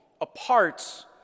apart